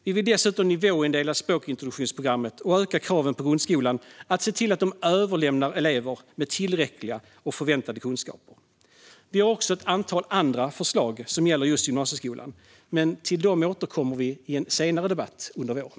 Vi vill dessutom nivåindela språkintroduktionsprogrammet och öka kraven på grundskolan att se till att den överlämnar elever med tillräckliga och förväntade kunskaper. Vi har också ett antal andra förslag som gäller just gymnasieskolan, men till dem återkommer vi i en debatt senare under våren.